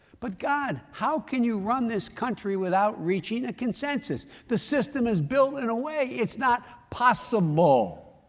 but god, how can you run this country without reaching a consensus. the system is built in a way it's not possible.